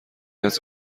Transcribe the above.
است